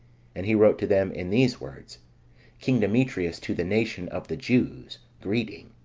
and he wrote to them in these words king demetrius to the nation of the jews, greeting.